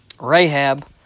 Rahab